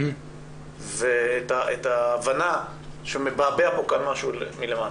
ואת ההבנה שמבעבע פה משהו מלמטה.